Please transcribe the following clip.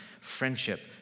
friendship